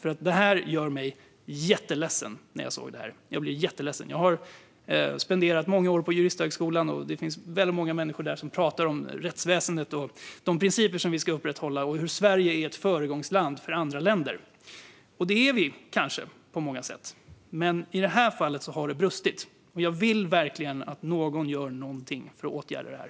Det gjorde mig verkligen jätteledsen när jag såg detta. Jag har spenderat många år på juristhögskola, och det finns väldigt många där som pratar om rättsväsendet, de principer som vi ska upprätthålla och hur Sverige är ett föregångsland för andra länder. Det är vi kanske på många sätt, men i det här fallet har det brustit. Jag vill verkligen att någon gör någonting för att åtgärda det här.